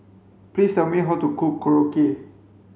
please tell me how to cook Korokke